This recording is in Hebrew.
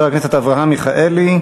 חבר הכנסת אברהם מיכאלי,